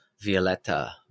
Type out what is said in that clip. Violetta